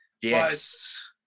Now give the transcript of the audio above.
Yes